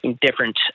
different